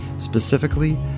Specifically